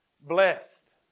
blessed